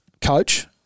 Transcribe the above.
coach